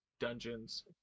dungeons